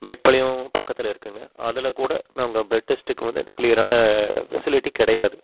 மேட்டுப்பாளையம் பக்கத்தில் இருக்குங்க அதில் கூட நாங்கள் ப்ளெட் டெஸ்டுக்கு வந்து கிளியரான ஃபெசிலிட்டி கிடையாது